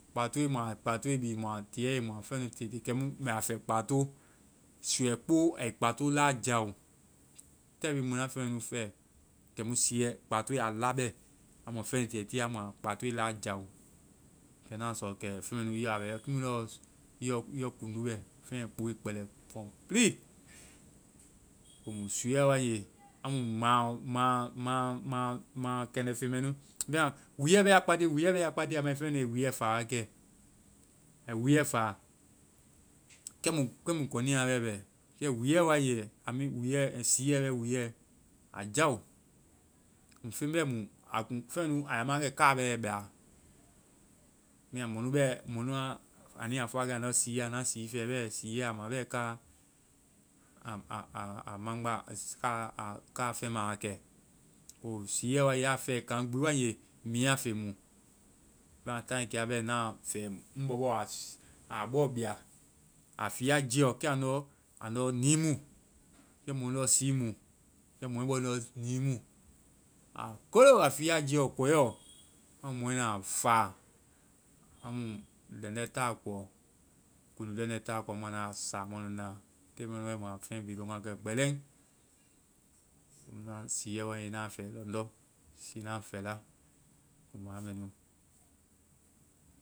Kpatoe. Mua kpatoe bi, mua tiɛe-mua feŋ mɛ nu tiiɛ-tiiɛ. Kɛmu mɛ a fɛ kpato ai suuɛ kpo laa jao. Taaŋ bi mu na feŋ mɛ nu fɛ. Kɛ mu kpatoe, a labɛ. Amu feŋ tiiɛ-tiiɛ a, a kpatoe laa jao. Kɛ na sɔ kɛ feŋ mɛ nu, i yɔ a bɛ kiimu lɔ i yɔ kuŋdu bɛ. Feŋ kpoe kpɛlɛ. Komu siiɛ wae nge, maa, maa, maa, maa kɛndɛfeŋ mɛ nu. Wuuɛ bɛ a kpatiie-wuuɛ bɛ a kpatiie a mai, feŋ mɛ nui wuuɛ faa wa kɛ. Ai wuuɛ faa. Kɛmu-kɛmu kɔnia bɛ bɛ. Kɛ wuuɛ wae nge, i mean siiɛ bɛ wuuɛ, a jao. Feŋ bɛ mu. A kuŋ-feŋ mɛ nu a ya ma wa kɛ car bɛ ai bɛa. Bɛma mɔnu bɛ-mɔ nua-anu ya fɔ wa kɛ andɔ siiɛ-anda sii fɛ. Siiɛ a ma bɛ car a- a- a- a maŋgba. Car a car feŋma wa kɛ. komu siiɛ wae ya fɛa kaŋgbi wae nge, miinya feŋ mu. Bɛma taaŋi kea bɛ, na fɛ. Ŋ bɔ bɔ a ss aa bɔ bia. A fiia jɛɔ. Kɛ andɔ-andɔ nii mu. kɛ mu lɔɔ sii mu. Kɛ mɔɛ bɔnu lɔ nii mu. A kolo! A fiia jiiɛɔ. Kɔɛɔ! A mu mɔnu a faa. Amu lɛŋdɛ taa koɔ. Kuŋdu lɛŋdɛ taa koɔ. Amu anda saa. Amu anu naa. Te mɛnu wae, mua feŋ bi lɔŋ wa kɛ gbɛlɛŋ. Siiɛ wae naa fɛ kɛ ndɔ, siina fɛla. Komu a mɛ nu.